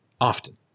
Often